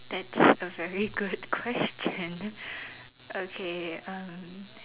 that's a very good question okay um